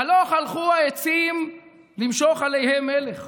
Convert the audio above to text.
הלוך הלכו העצים למשֹׁח עליהם מלך